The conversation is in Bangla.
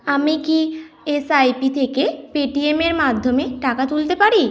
আমি কি এসআইপি থেকে পেটিএমের মাধ্যমে টাকা তুলতে পারি